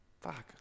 Fuck